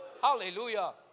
Hallelujah